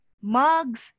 mugs